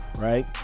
right